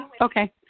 Okay